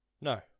No